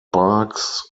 sparks